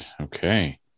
okay